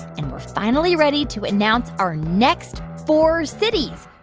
and we're finally ready to announce our next four cities.